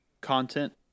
content